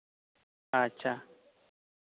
ᱟᱪᱪᱷᱟ